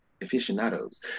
aficionados